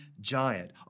giant